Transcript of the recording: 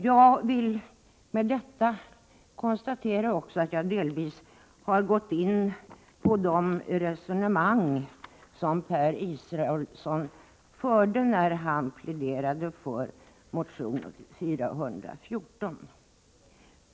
Jag vill med detta också konstatera att jag delvis har gått in på de resonemang som Per Israelsson förde när han pläderade för motion 414.